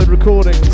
Recording